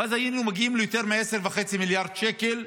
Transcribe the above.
ואז היינו מגיעים ליותר מ-10.5 מיליארד שקל,